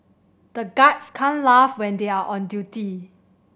the guards can't laugh when they are on duty